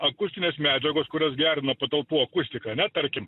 akustinės medžiagos kurios gerina patalpų akustiką ane tarkim